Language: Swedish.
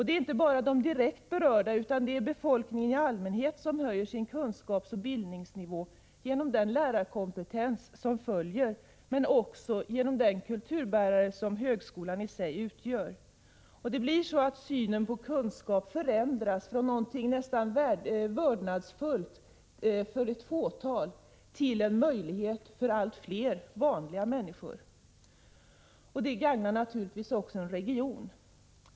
Det är inte bara de direkt berörda utan också befolkningen i allmänhet som höjer sin kunskapsoch bildningsnivå genom den lärarkompetens som följer, men också genom att högskolan i sig utgör en kulturbärare. Synen på kunskap förändras — från något nästan vördnadsbjudande för ett fåtal blir kunskapen en möjlighet för allt fler vanliga människor. Det gagnar naturligtvis också en region.